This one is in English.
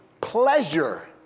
pleasure